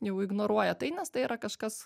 jau ignoruoja tai nes tai yra kažkas